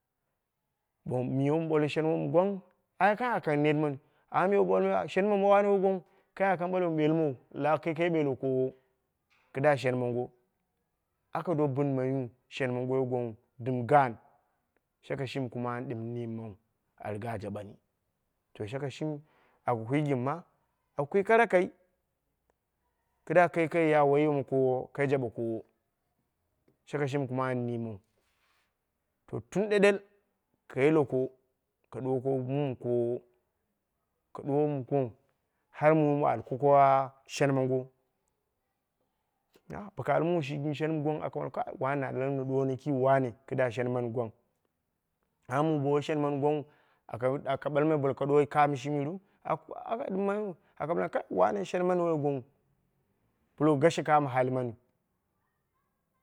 Bo miya wu ɓole shen mɨ gwang ai kai aka kang net mani amma miya bowu ɓale shen ma wane woi gwangnghu kai aka kang ɓala wun ɓelmowo la kai ka ɓela koowo kɨdda shen mongo aka do bɨnmaiyu shen mongo woi gwang nghu dɨm gaan shaka shimi kuma an ɗɨm niimmau a rigani a jaɗeni, to shakai shimi aka kwi gɨn ma? Aka kwi kara kai, kidda ka kai ya woi ma koowo kai jaba koow shaka shimi kuma an niimmau. To tun ɗeɗel a yileko ka ɗuwoko mum koow kɓ ɗuko wom gwang har mum an kuka shen mongo silence boko al mumshi gɨn shen mɨ gwang aka amai ka wane shi gɨn shen mɨ gwang na lamai na ɗuwono ki wane shenmani gwang. Amma mu bo woi shemani gwangnghu aka ɓal aka ɓalmai ka ɗuwo lo kamo sheni shimi ni? Aka aka ɗɨmmaiyu, aka ɓalmai wane shen mani woi gwangnghu, puroguru gashe kamo hali mani.